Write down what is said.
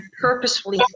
purposefully